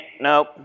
Nope